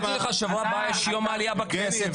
שבוע הבא יש יום העלייה בכנסת,